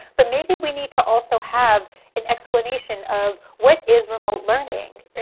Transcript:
but maybe we need to also have an explanation of what is remote learning, right?